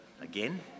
Again